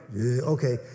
Okay